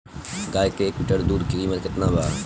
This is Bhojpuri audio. गाय के एक लीटर दुध के कीमत केतना बा?